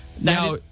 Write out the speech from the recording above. Now